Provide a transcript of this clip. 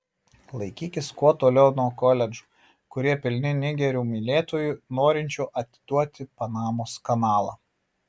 laikykis kuo toliau nuo koledžų kurie pilni nigerių mylėtojų norinčių atiduoti panamos kanalą